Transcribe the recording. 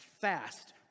fast